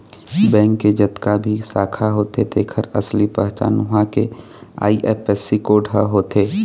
bank के जतका भी शाखा होथे तेखर असली पहचान उहां के आई.एफ.एस.सी कोड ह होथे